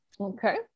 Okay